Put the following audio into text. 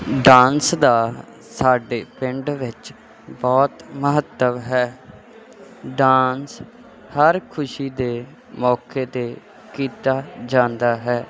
dance ਦਾ ਸਾਡੇ ਪਿੰਡ ਵਿੱਚ ਬਹੁਤ ਮਹੱਤਵ ਹੈ ਡਾਂਸ ਹਰ ਖੁਸ਼ੀ ਦੇ ਮੌਕੇ 'ਤੇ ਕੀਤਾ ਜਾਂਦਾ ਹੈ